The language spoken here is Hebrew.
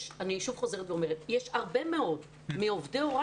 אני שוב חוזרת ואומרת שיש הרבה מאוד מעובדי ההוראה